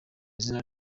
izina